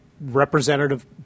Representative